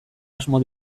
asmo